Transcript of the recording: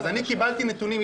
אז קיבלתי נתונים,